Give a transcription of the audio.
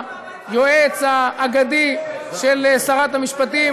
היועץ האגדי של שרת המשפטים,